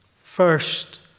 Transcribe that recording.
First